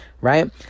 Right